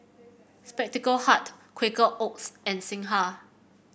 Spectacle Hut Quaker Oats and Singha